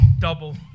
double